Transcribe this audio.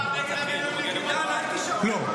לא.